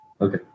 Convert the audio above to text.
Okay